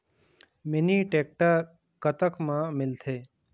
Mini tractor कतक म मिलथे?